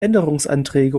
änderungsanträge